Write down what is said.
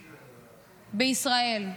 בישראל,